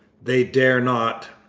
they dare not.